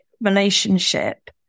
relationship